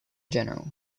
general